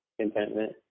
contentment